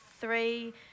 three